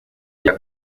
rya